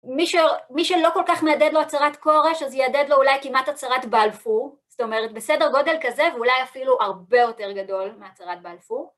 מי שלא כל כך מהדהד לו הצהרת קורש, אז יהדהד לו אולי כמעט הצהרת בלפור, זאת אומרת, בסדר גודל כזה ואולי אפילו הרבה יותר גדול מהצהרת בלפור.